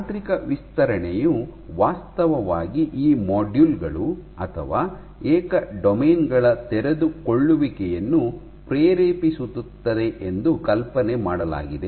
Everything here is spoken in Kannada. ಯಾಂತ್ರಿಕ ವಿಸ್ತರಣೆಯು ವಾಸ್ತವವಾಗಿ ಈ ಮಾಡ್ಯೂಲ್ ಗಳು ಅಥವಾ ಏಕ ಡೊಮೇನ್ ಗಳ ತೆರೆದುಕೊಳ್ಳುವಿಕೆಯನ್ನು ಪ್ರೇರೇಪಿಸುತ್ತದೆ ಎಂದು ಕಲ್ಪನೆ ಮಾಡಲಾಗಿದೆ